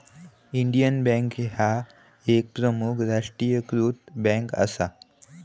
Indian bank ह्या एक प्रमुख राष्ट्रीयीकृत बँक असा